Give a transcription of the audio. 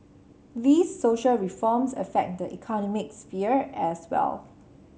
these social reforms affect the economic sphere as well